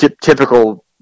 typical